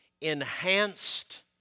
enhanced